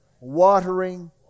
watering